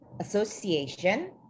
Association